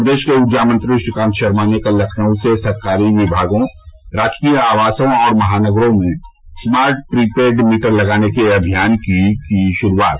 प्रदेश के ऊर्जा मंत्री श्रीकांत शर्मा ने कल लखनऊ से सरकारी विभागों राजकीय आवासों और महानगरों में स्मार्ट प्रीपैड मीटर लगाने के अभियान की की शुरूआत